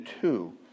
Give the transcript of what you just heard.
two